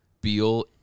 beal